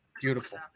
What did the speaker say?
Beautiful